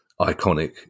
iconic